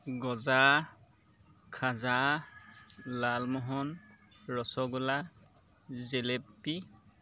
গজা খাজা লালমোহন ৰছগোল্লা জিলাপী